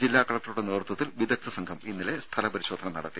ജില്ലാ കലക്ടറുടെ നേതൃത്വത്തിൽ വിദഗ്ദ്ധ സംഘം ഇന്നലെ സ്ഥല പരിശോധന നടത്തി